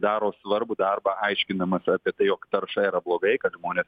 daro svarbų darbą aiškindamas apie tai jog tarša yra blogai kad žmonės